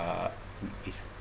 uh is